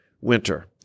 winter